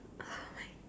ah mine